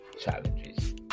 challenges